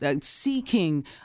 seeking